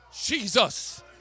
Jesus